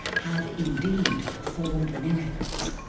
have indeed performed miracles.